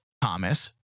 Thomas